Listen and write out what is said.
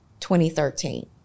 2013